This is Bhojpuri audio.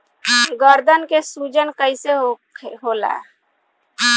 गर्दन के सूजन कईसे होला?